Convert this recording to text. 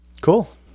Cool